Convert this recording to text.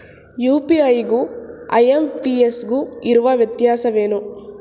UPI ಗು IMPS ಗು ಇರುವ ವ್ಯತ್ಯಾಸವೇನು?